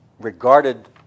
regarded